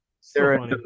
Sarah